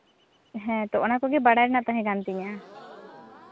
ᱦᱮᱸ ᱛᱚ ᱚᱱᱟ ᱠᱚᱜᱮ ᱵᱟᱰᱟᱭ ᱨᱮᱱᱟᱜ ᱛᱟᱦᱮᱠᱟᱱ ᱛᱤᱧᱟᱹ